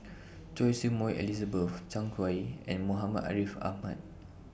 Choy Su Moi Elizabeth Zhang Hui and Muhammad Ariff Ahmad